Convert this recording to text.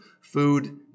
food